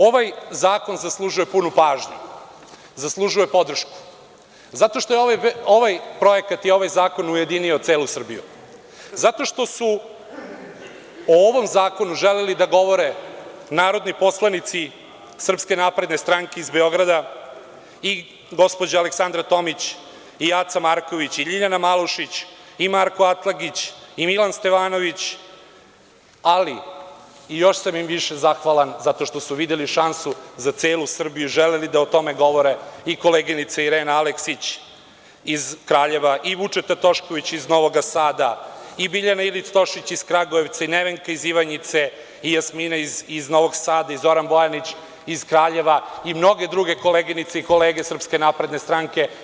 Ovaj zakon zaslužuje punu pažnju, zaslužuje podršku zato što je ovaj projekat i ovaj zakon ujedinio celu Srbiju, zato što su o ovom zakonu želeli da govore narodni poslanici SNS iz Beograda i gospođa Aleksandra Tomić i Aca Marković i Ljiljana Malušić i Marko Atlagić i Milan Stevanović, ali i još sam im više zahvalan zato što su videli šansu za celu Srbiju, želeli da o tome govore i koleginice Irena Aleksić iz Kraljeva i Vučeta Tošković iz Novog Sada i Biljana Ilić Stošić iz Kragujevca i Nevenka iz Ivanjice i Jasmina iz Novog Sada i Zoran Bojanić iz Kraljeva i mnoge druge koleginice i kolege iz SNS.